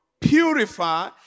purify